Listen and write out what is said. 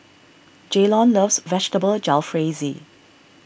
Jaylon loves Vegetable Jalfrezi